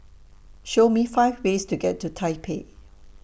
Show Me five ways to get to Taipei